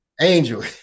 Angel